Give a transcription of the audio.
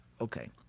Okay